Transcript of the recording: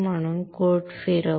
म्हणू कोट फिरवू